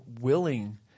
willing